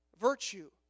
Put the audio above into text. virtue